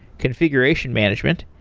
configuration management,